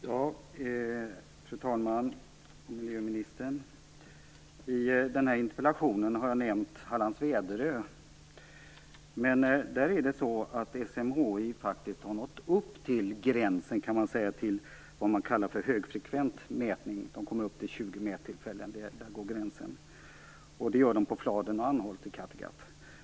Fru talman! Miljöministern! I interpellationen har jag nämnt Hallands Väderö. Där har SMHI faktiskt nått upp till gränsen för vad man kallar högfrekvent mätning. Man kommer upp till 20 mättillfällen. Där går gränsen. Det gör man på Fladen och Anholt i Kattegatt.